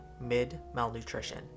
mid-malnutrition